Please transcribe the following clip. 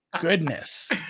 goodness